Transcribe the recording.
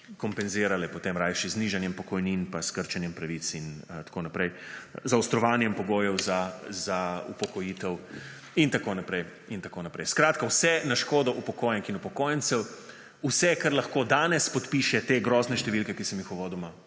kompenzirale potem raje z znižanjem pokojnin, s krčenjem pravic in tako naprej, zaostrovanjem pogojev za upokojitev in tako naprej, skratka, vse na škodo upokojenk in upokojencev. Vse, kar lahko danes podpiše te grozne številke, ki sem jih uvodoma